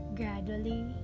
gradually